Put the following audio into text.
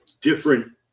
different